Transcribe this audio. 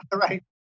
Right